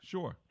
Sure